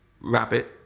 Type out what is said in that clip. rabbit